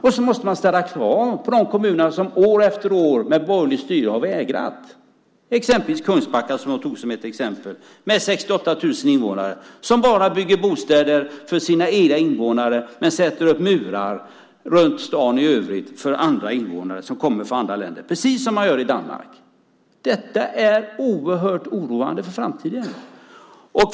Sedan måste man ställa krav på de kommuner som år efter år med borgerligt styre har vägrat, exempelvis Kungsbacka som jag tog upp. Kungsbacka har 68 000 invånare och bygger bara bostäder för sina egna invånare och sätter upp murar runt staden i övrigt för andra människor som kommer från andra länder, precis som man gör i Danmark. Detta är oerhört oroande för framtiden.